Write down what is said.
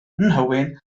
nhywyn